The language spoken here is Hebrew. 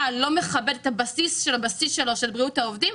לא מכבד את הבסיס של הבסיס של בריאות העובדים?